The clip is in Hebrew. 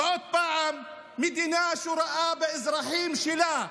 ועוד פעם מדינה שרואה באזרחים שלה,